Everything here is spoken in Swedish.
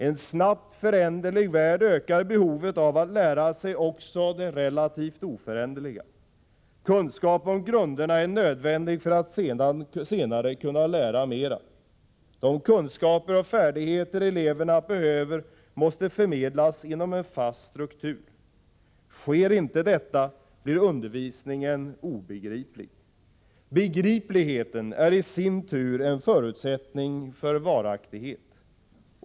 En snabbt föränderlig värld ökar behovet av att lära sig också det relativt oföränderliga. Kunskap om grunderna är nödvändig för att man senare skall kunna lära mera. De kunskaper och färdigheter eleverna behöver måste förmedlas inom en fast struktur. Sker inte detta blir undervisningen obegriplig. Begripligheten är i sin tur en förutsättning för varaktighet.